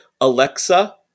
Alexa